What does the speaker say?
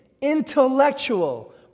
intellectual